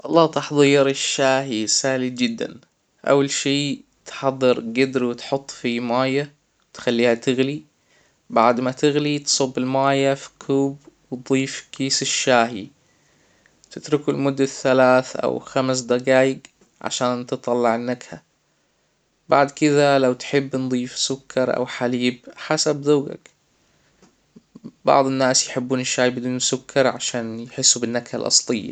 اللا تحضير الشاى سهل جدا: أول شئ تحضر جدر و تحط فيه مايه تخليها تغلى بعد ما تغلى تصب المايه فى كوب وتضيف كيس الشاى تتركه لمدة ثلاث أو خمس دجايج علشان تطلع النكهه بعد كده لو تحب نضيف سكر أو حليب حسب ذوجك بعض الناس يحبون الشاى بدون سكر عشان يحسوا بالنكهة الأصلية.